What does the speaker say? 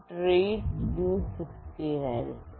read u16 ആയിരിക്കും